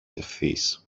ευθύς